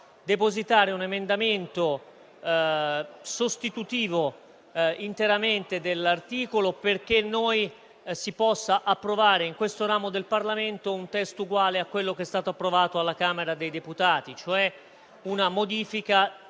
depositare un emendamento interamente sostitutivo dell'articolo 1, perché si possa approvare in questo ramo del Parlamento un testo uguale a quello che è stato approvato alla Camera dei deputati, e cioè una modifica